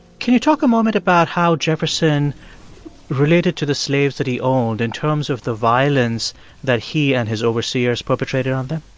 can you talk a moment about how jefferson related to the slaves that he owned in terms of the violence that he and his overseers perpetrated on them?